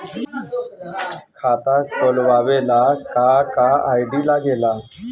खाता खोलवावे ला का का आई.डी लागेला?